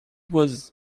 was